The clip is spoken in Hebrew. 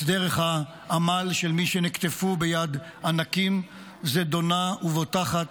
דרך העמל של מי שנקטפו ביד ענקים זדונה ובוטחת,